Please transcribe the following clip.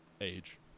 age